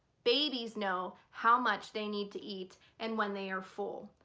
babies know how much they need to eat and when they are full.